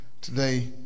today